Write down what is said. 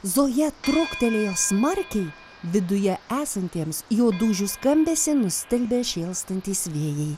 zoja trūktelėjo smarkiai viduje esantiems jo dūžių skambesį nustelbė šėlstantys vėjai